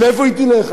אז לאיפה היא תלך?